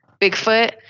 Bigfoot